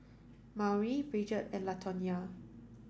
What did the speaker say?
Maury Bridgett and Latonya